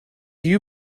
you